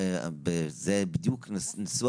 זה בדיוק נשוא